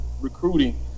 recruiting